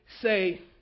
say